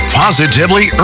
positively